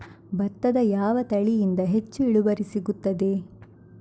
ಭತ್ತದ ಯಾವ ತಳಿಯಿಂದ ಹೆಚ್ಚು ಇಳುವರಿ ಸಿಗುತ್ತದೆ?